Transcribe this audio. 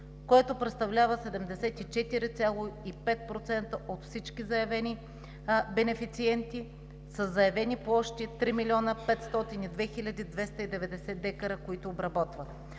което представлява 74,5% от всички заявени бенефициенти със заявени площи 3 502 290 декара, които обработват.